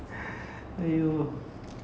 ya ஒரு தடவ:oru thadava